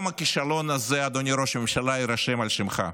גם הכישלון הזה, אדוני ראש הממשלה, יירשם על שמך.